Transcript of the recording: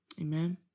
Amen